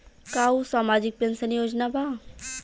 का उ सामाजिक पेंशन योजना बा?